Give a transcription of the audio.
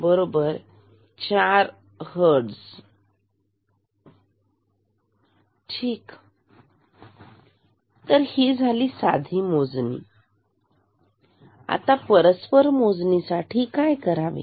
5 4 hertz ठीक ही साधी मोजणी आहे आणि परस्पर मोजण्यासाठी काय करावे